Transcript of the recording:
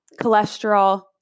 cholesterol